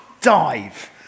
dive